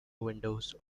windows